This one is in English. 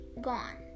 gone